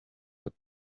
but